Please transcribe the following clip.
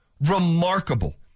Remarkable